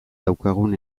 daukagun